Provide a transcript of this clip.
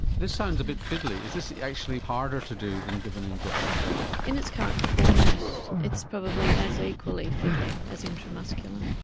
this sounds a bit fiddly, is this actually harder to do than give an injection deb? in its current format it's probably as equally fiddly as intramuscular.